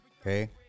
okay